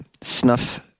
snuff